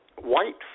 White